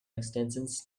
extensions